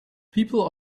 people